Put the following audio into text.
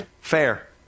fair